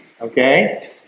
Okay